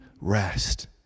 rest